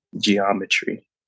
geometry